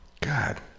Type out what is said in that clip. God